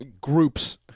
groups